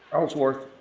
ellsworth,